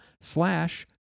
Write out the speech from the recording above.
slash